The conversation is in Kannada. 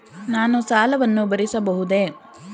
ನಾನು ಸಾಲವನ್ನು ಭರಿಸಬಹುದೇ?